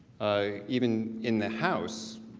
even in the house,